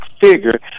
figure